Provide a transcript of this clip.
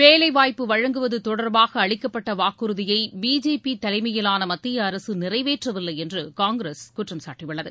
வேலைவாய்ப்பு வழங்குவது தொடர்பாக அளிக்கப்பட்ட வாக்குறுதியை பிஜேபி தலைமையிலான மத்திய அரசு நிறைவேற்றவில்லை என்று காங்கிரஸ் குற்றம் சாட்டியுள்ளது